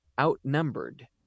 Outnumbered